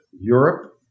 Europe